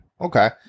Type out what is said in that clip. okay